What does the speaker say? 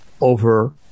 over